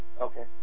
Okay